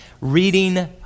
Reading